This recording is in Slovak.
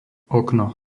okno